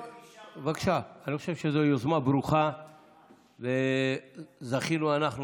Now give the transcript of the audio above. בבקשה, אני חושב שזו יוזמה ברוכה וזכינו אנחנו,